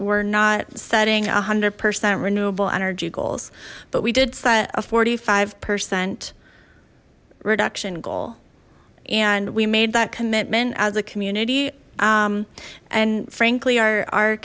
were not setting one hundred percent renewable energy goals but we did set a forty five percent reduction goal and we made that commitment as a community and frankly our